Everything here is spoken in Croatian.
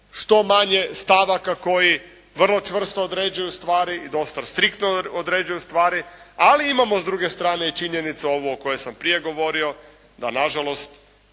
što manje stavaka koji vrlo čvrsto određuju stvari i dosta striktno određuju stvari ali imamo i s druge strane činjenicu ovu o kojoj sam prije govorio da nažalost